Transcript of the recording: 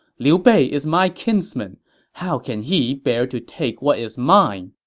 liu bei is my kinsman how can he bear to take what is mine?